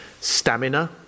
stamina